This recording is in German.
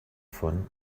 von